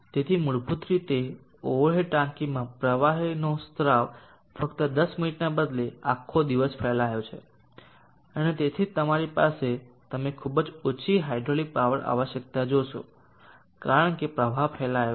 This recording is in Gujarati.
તેથી મૂળભૂત રીતે ઓવર હેડ ટાંકીમાં પ્રવાહનો સ્રાવ ફક્ત 10 મિનિટને બદલે આખો દિવસ ફેલાયો છે અને તેથી જ તમારી પાસે તમે ખૂબ જ ઓછી હાઇડ્રોલિક પાવર આવશ્યકતા જોશો કારણ કે પ્રવાહ ફેલાયો છે